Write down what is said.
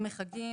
דמי חגים,